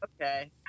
Okay